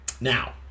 Now